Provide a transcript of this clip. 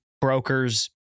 brokers